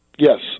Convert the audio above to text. Yes